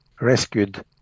rescued